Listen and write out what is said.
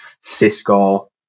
Cisco